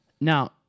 now